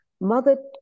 mother